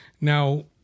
Now